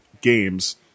Games